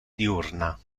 diurna